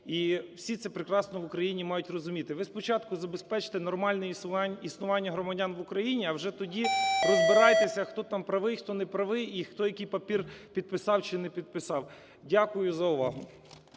і всі це прекрасно в Україні мають розуміти. Ви спочатку забезпечте нормальне існування громадян в Україні, а вже тоді розбирайтеся, хто там правий, хто неправий і хто який папір підписав чи не підписав. Дякую за увагу.